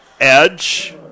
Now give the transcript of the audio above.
edge